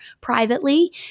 privately